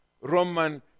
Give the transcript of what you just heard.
Roman